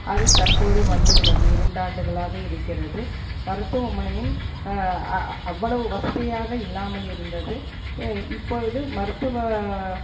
அது தற்போது வந்து உள்ளது இரண்டு ஆண்டுகளாக இருக்கிறது மருத்துவமனையும் அ அவ்வளவு வசதியாக இல்லாமல் இருந்தது இப்பொழுது மருத்துவ